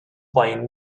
playing